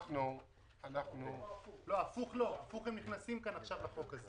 אם זה ההפך, הם נכנסים לגדר החוק הזה.